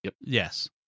Yes